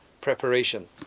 preparation